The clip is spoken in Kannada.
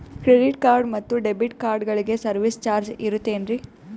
ಕ್ರೆಡಿಟ್ ಕಾರ್ಡ್ ಮತ್ತು ಡೆಬಿಟ್ ಕಾರ್ಡಗಳಿಗೆ ಸರ್ವಿಸ್ ಚಾರ್ಜ್ ಇರುತೇನ್ರಿ?